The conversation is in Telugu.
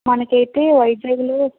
మనకైతే వైజాగ్లో